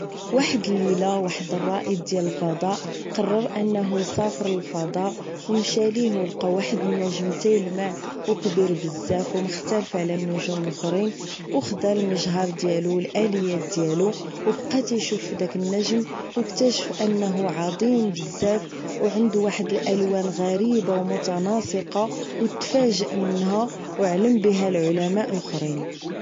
واحد الليلة واحد رائد الفضاء قرر انه يسافر للفضاء ومشى عليه ولقى واحد النجم يلمع وكبير بزاف ومختلف على النجوم الاخرين وخذا المجهر ديالو الاليات ديالو وبقا يشوف ذاك النجم واكتشف انه عضيم بزاف وعندو واحد الالوان غريبه ومتناسقه وتفاجا منها وعلم بها العلماء الاخرين